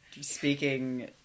speaking